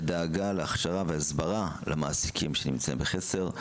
ודאגה להכשרה והסברה למעסיקים שנמצאים בחסר.